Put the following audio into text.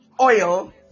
oil